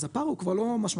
אז הפער הוא כבר לא משמעותי,